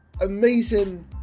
amazing